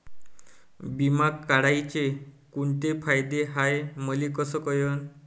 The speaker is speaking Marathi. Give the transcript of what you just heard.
बिमा काढाचे कोंते फायदे हाय मले कस कळन?